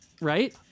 Right